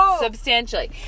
substantially